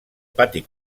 pati